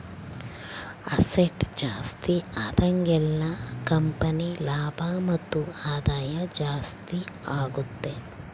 asset ಜಾಸ್ತಿ ಆದಾಗೆಲ್ಲ company ಲಾಭ ಮತ್ತು ಆದಾಯ ಜಾಸ್ತಿ ಆಗುತ್ತೆ